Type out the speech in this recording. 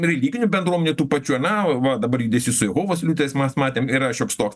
religinių bendruomenių tų pačių ane va va dabar judesys su jehovos liudytojais mes matėm yra šioks toks